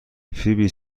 فیبی